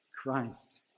Christ